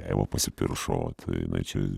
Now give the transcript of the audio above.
eva pasipiršo tai jinai čia